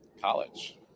College